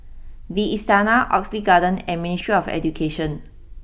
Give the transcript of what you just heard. the Istana Oxley Garden and Ministry of Education